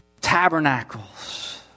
tabernacles